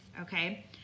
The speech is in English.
okay